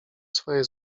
swoje